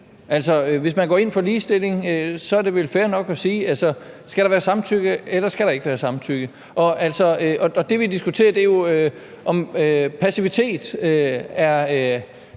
hvis man går ind for ligestilling, så er det vel fair nok at sige: Skal der være samtykke, eller skal der ikke være samtykke? Det, vi diskuterer, er jo, om passivitet er